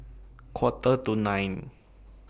Quarter to nine